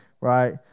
Right